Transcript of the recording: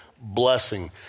blessing